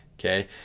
Okay